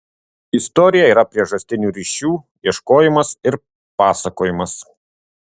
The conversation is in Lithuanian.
istorija yra priežastinių ryšių ieškojimas ir pasakojimas